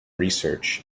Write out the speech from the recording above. research